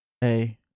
Hey